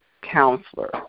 counselor